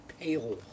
pale